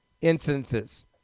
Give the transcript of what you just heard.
instances